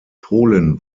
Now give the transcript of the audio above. polen